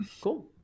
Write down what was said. Cool